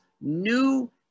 new